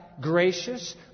gracious